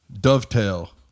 Dovetail